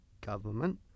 government